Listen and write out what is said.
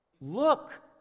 Look